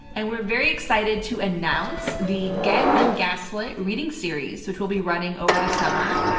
and we're very excited to announce the get un-gaslit reading series, which we'll be running over this summer.